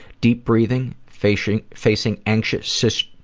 deep breathing, facing facing anxious shish